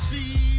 See